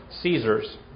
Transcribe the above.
Caesars